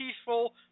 peaceful